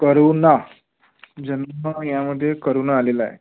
करूणा जन्म यामध्ये करूणा आलेला आहे